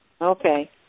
Okay